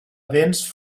dents